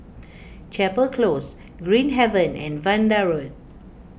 Chapel Close Green Haven and Vanda Road